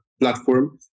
platform